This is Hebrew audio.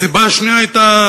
הסיבה השנייה היתה,